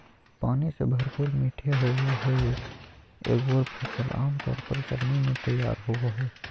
पानी से भरपूर मीठे होबो हइ एगोर फ़सल आमतौर पर गर्मी में तैयार होबो हइ